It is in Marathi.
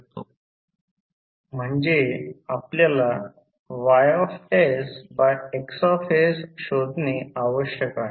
आधी I 2 π r लिहित होतो परंतु येथे टर्नची संख्या N आहे म्हणून H NI 2 π R